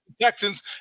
Texans